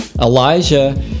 Elijah